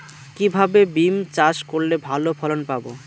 কিভাবে বিম চাষ করলে ভালো ফলন পাব?